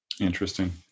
Interesting